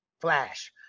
Flash